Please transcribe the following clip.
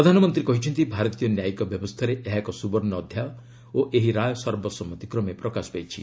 ପ୍ରଧାନମନ୍ତ୍ରୀ କହିଛନ୍ତି ଭାରତୀୟ ନ୍ୟାୟିକ ବ୍ୟବସ୍ଥାରେ ଏହା ଏକ ସୁବର୍ଷ୍ଣ ଅଧ୍ୟାୟ ଓ ଏହି ରାୟ ସର୍ବସମ୍ମତି କ୍ରମେ ପ୍ରକାଶ ପାଇଛି